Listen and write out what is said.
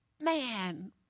man